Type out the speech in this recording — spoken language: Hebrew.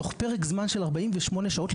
תוך פרק זמן של 48 שעות,